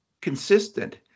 consistent